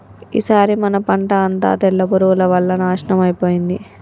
ఈసారి మన పంట అంతా తెల్ల పురుగుల వల్ల నాశనం అయిపోయింది